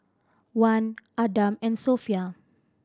Wan Adam and Sofea